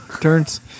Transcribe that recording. Turns